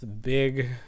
big